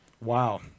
Wow